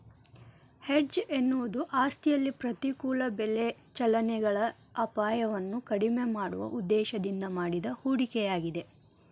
hedge ಎನ್ನುವುದು ಆಸ್ತಿಯಲ್ಲಿ ಪ್ರತಿಕೂಲ ಬೆಲೆ ಚಲನೆಗಳ ಅಪಾಯವನ್ನು ಕಡಿಮೆ ಮಾಡುವ ಉದ್ದೇಶದಿಂದ ಮಾಡಿದ ಹೂಡಿಕೆಯಾಗಿದೆ